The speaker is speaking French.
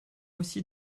aussi